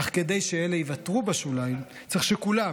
אך כדי שאלה ייוותרו בשוליים צריך שכולם,